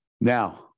now